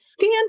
Dan